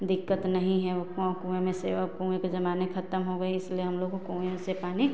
दिक्कत नहीं है वो कुआँ कुएँ में से अब कुएँ के जमाने ख़त्म हो गए इसलिए हम लोग कुएँ से पानी